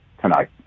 tonight